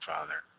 Father